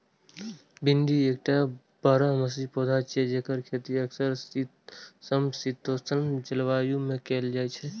भिंडी एकटा बारहमासी पौधा छियै, जेकर खेती अक्सर समशीतोष्ण जलवायु मे कैल जाइ छै